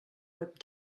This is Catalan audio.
web